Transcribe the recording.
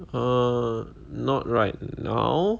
err not right now